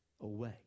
away